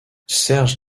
serge